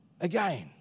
again